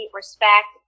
respect